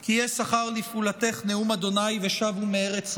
כי יש שכר לפעלתך נאם ה' ושבו מארץ אויב".